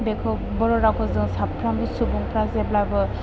बेखौ बर' रावखौ जों साफ्रामबो सुबुंफ्रा जेब्लाबो